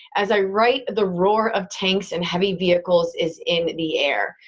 as i write the roar of tanks and heavy vehicles is in the air.